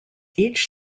each